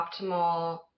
optimal